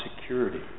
security